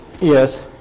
Yes